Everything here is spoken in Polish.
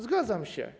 Zgadzam się.